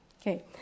Okay